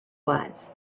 was